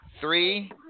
Three